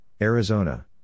Arizona